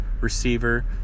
receiver